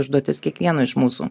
užduotis kiekvieno iš mūsų